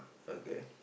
okay